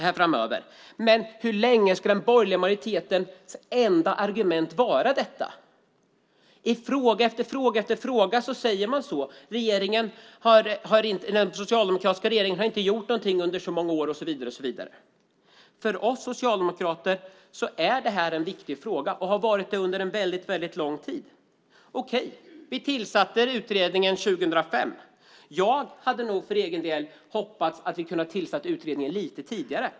Men hur länge ska detta vara den borgerliga majoritetens enda argument? I fråga efter fråga säger man: Den socialdemokratiska regeringen har inte gjort någonting under så många år. För oss socialdemokrater är detta en viktig fråga och har varit det under en väldigt lång tid. Vi tillsatte en utredning 2005. Jag hade för egen del hoppats att vi hade kunnat tillsätta utredningen lite tidigare.